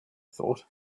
thought